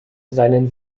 seinen